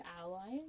allies